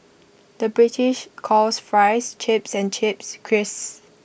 the British calls Fries Chips and Chips Crisps